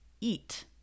eat